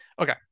Okay